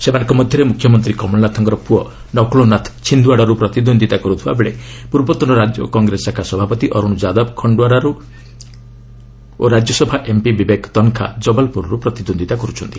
ସେମାନଙ୍କ ମଧ୍ୟରେ ମୁଖ୍ୟମନ୍ତ୍ରୀ କମଳନାଥଙ୍କର ପୁଅ ନକୁଳନାଥ ଛିନ୍ଦୱାଡ଼ାରୁ ପ୍ରତିଦ୍ୱନ୍ଦ୍ୱୀତା କରୁଥିବା ବେଳେ ପୂର୍ବତନ ରାଜ୍ୟ କଂଗ୍ରେସ ଶାଖା ସଭାପତି ଅରୁଣ ଯାଦବ ଖଣ୍ଡୱାରୁ ଓ ରାଜ୍ୟସଭା ଏମ୍ପି ବିବେକ୍ ତନଖା ଜବଲପୁରରୁ ପ୍ରତିଦ୍ୱନ୍ଦୀତା କର୍ରଛନ୍ତି